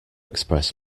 express